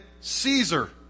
Caesar